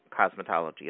Cosmetology